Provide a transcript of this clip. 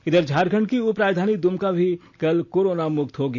इधर झारखंड की उप राजधानी दुमका भी कल कोरोना मुक्त हो गया